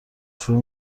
شروع